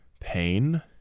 pain